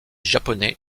japonais